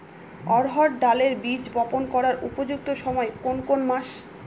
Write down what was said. অড়হড় ডালের বীজ বপন করার উপযুক্ত সময় কোন কোন মাস?